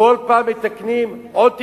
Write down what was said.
כל פעם מתקנים עוד תיקונים,